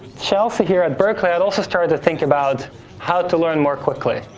chelsea here at berkeley, had also started to think about how to learn more quickly.